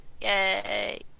Yay